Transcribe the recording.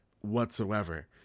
whatsoever